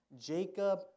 Jacob